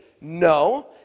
No